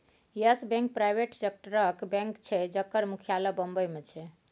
yes Bank private सेक्टरक bank छै जकर मुख्यालय बंबई मे छै